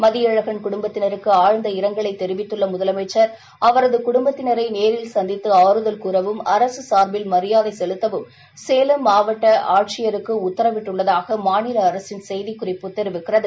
மதியழகன் குடுப்பத்தினருக்கு ஆழ்ந்த இரங்கலை தெரிவித்துள்ள முதலமைச்ச் அவரது குடும்பத்தினரை நேரில் சந்தித்து ஆறுதல் கூறவும் அரசு சார்பில் மரியாதை செலுத்தவும் சேலம் மாவட்ட ஆட்சித் தலைவருக்கு உத்தரவிட்டுள்ளதாக மாநில அரசின் செய்திக் குறிப்பு தெரிவிக்கிறது